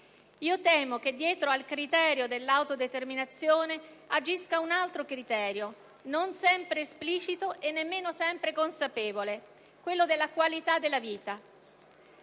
Temo che dietro il criterio dell'autodeterminazione agisca un altro criterio, non sempre esplicito e nemmeno sempre consapevole: quello della qualità della vita.